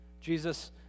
Jesus